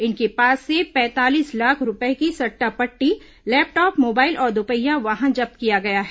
इनके पास से पैंतालीस लाख रूपए की सट्टा पट्टी लैपटॉप मोबाइल और द्पहिया वाहन जब्त किया गया है